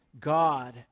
God